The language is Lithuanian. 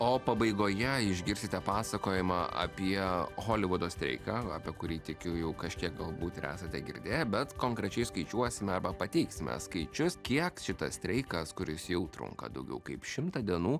o pabaigoje išgirsite pasakojimą apie holivudo streiką apie kurį tikiu jau kažkiek galbūt ir esate girdėję bet konkrečiai skaičiuosime arba pateiksime skaičius kiek šitas streikas kuris jau trunka daugiau kaip šimtą dienų